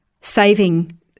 saving